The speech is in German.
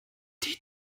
die